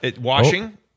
Washing